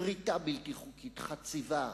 כריתה בלתי חוקית, חציבה,